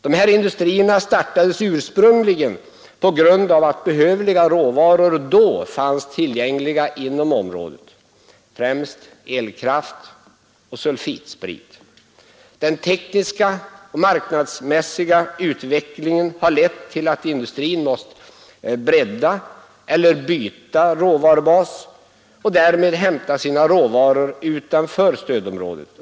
Dessa industrier startades ursprungligen på grund av att behövliga råvaror då fanns tillgängliga inom området, främst elkraft och sulfitsprit. Den tekniska och marknadsmässiga utvecklingen har lett till att industrin måst bredda eller byta råvarubas och därmed hämta sina råvaror utanför stödområdet.